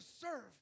serve